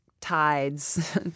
tides